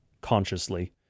consciously